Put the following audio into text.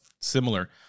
similar